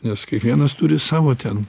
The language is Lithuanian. nes kiekvienas turi savo ten